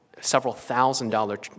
several-thousand-dollar